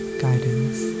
guidance